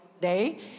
day